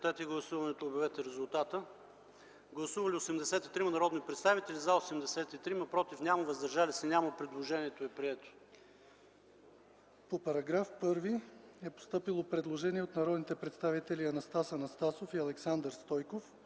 разпоредба”. Постъпило е предложение от народните представители Анастас Анастасов и Александър Стойков.